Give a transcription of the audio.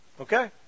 Okay